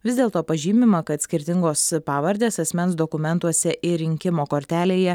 vis dėlto pažymima kad skirtingos pavardės asmens dokumentuose ir rinkimo kortelėje